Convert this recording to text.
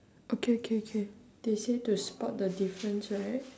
okay okay okay they say to spot the difference right